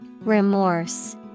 Remorse